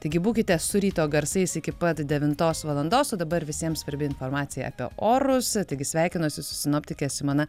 taigi būkite su ryto garsais iki pat devintos valandos o dabar visiems svarbi informacija apie orus taigi sveikinuosi su sinoptike simona